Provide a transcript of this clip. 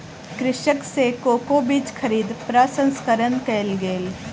कृषक सॅ कोको बीज खरीद प्रसंस्करण कयल गेल